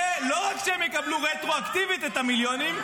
לא רק שהם יקבלו רטרואקטיבית את המיליונים,